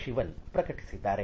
ಶಿವನ್ ಪ್ರಕಟಿಸಿದ್ದಾರೆ